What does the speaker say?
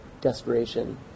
desperation